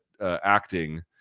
acting